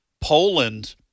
Poland